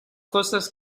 cosas